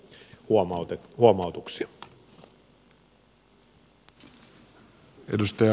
arvoisa puheenjohtaja